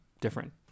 different